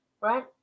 right